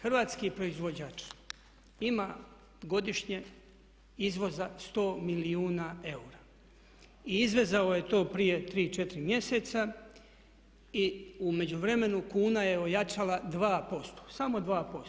Hrvatski proizvođač ima godišnje izvoza 100 milijuna eura i izvezao je to prije 3, 4 mjeseca i u međuvremenu kuna je ojačala 2%, samo 2%